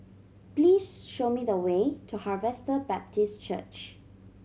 please show me the way to Harvester Baptist Church